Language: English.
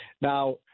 Now